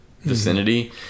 vicinity